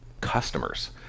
customers